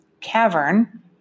cavern